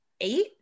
eight